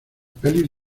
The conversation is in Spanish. pelis